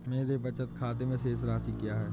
मेरे बचत खाते में शेष राशि क्या है?